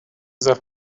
هزار